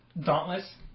Dauntless